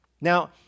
Now